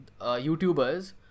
YouTubers